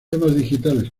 digitales